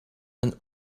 een